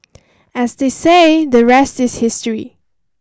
as they say the rest is history